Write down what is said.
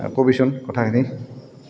ক'বিচোন কথাখিনি